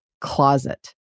closet